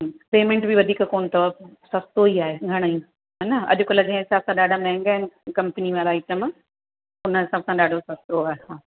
payment बि वधीक कोन अथव सस्तो ई आहे घणेई इहो न अॼुकल्ह जे हिसाब सां ॾाढा महांगा कंपनी में हर आइटम उन हिसाब सां ॾाढो सस्तो आहे